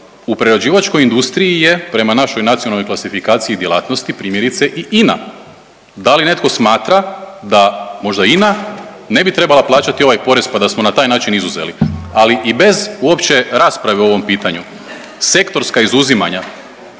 u prerađivačkog industriji je prema našoj Nacionalnoj klasifikaciji djelatnosti, primjerice i INA. Da li netko smatra da možda INA ne bi trebala plaćati ovaj porez pa da smo na taj način izuzeli? Ali i bez uopće rasprave o ovom pitanju, sektorska izuzimanja